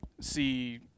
see